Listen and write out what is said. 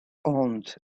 owned